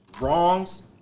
wrongs